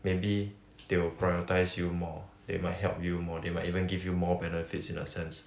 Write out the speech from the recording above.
maybe they will prioritise you more they might help you more they might even give you more benefits in that sense